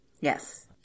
Yes